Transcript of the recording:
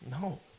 No